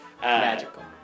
Magical